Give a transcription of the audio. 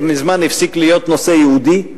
מזמן הפסיק להיות נושא יהודי.